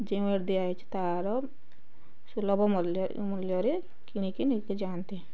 ଯେଉଁ ଆଡ଼ ଦିଆ ହେଇଛି ତାର ସୁଲଭ ମୂଲ୍ୟ ମୂଲ୍ୟରେ କିଣିକି ନେଇକି ଯାନ୍ତି